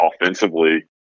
offensively